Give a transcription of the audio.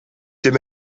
dem